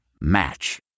Match